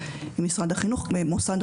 משרד התרבות והספורט חוה מונדרוביץ